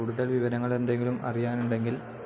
കൂടുതൽ വിവരങ്ങൾ എന്തെങ്കിലും അറിയാനുണ്ടെങ്കിൽ